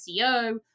SEO